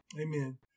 Amen